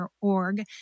org